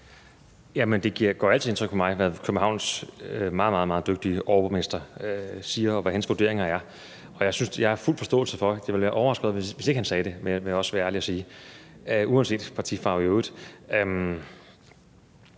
det gør altid indtryk på mig, hvad Københavns meget, meget dygtige overborgmester siger, og hvad hans vurderinger er. Jeg har fuld forståelse for det, og det ville have overrasket mig, hvis ikke han sagde det, vil jeg også være ærlig